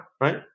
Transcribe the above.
Right